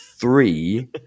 three